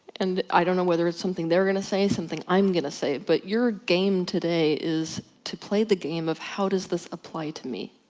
and i don't know whether it's something they're gonna say, something i'm gonna say, but you're game today is to play the game of how does this apply to me?